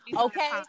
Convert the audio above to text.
Okay